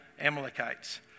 Amalekites